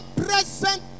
present